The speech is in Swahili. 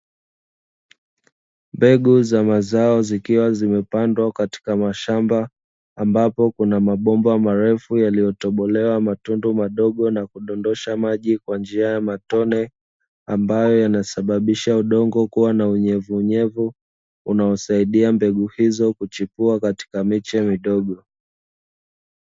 Mbegu za mazao zikiwa zimepandwa katika mashamba, ambapo kuna mabomba marefu yaliyotobolewa matundu madogo na kudondosha maji kwa njia ya matone, ambayo yanasababisha udongo kuwa na unyevunyevu, unaosaidia mbegu hizo kuchipua katika miche midogo.